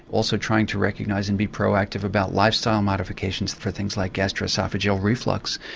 also trying to recognise and be proactive about lifestyle modifications for things like gastroesophageal reflux.